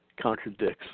contradicts